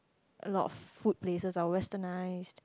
a lot of food places are westernised